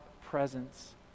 presence